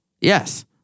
yes